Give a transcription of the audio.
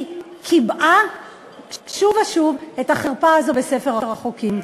היא קיבעה שוב ושוב את החרפה הזו בספר החוקים.